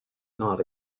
not